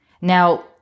Now